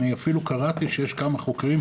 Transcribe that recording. אפילו קראתי שיש כמה חוקרים,